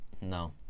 No